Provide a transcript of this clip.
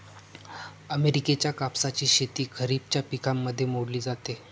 अमेरिकेच्या कापसाची शेती खरिपाच्या पिकांमध्ये मोडली जाते